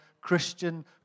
Christian